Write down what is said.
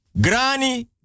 granny